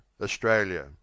Australia